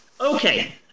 okay